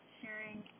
sharing